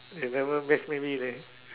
they never mix with me leh